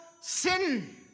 sin